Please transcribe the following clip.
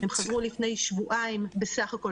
הם חזרו לפני שבועיים בסך הכול,